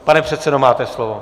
Pane předsedo, máte slovo.